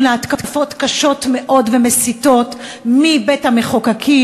להתקפות קשות מאוד ומסיתות מבית-המחוקקים,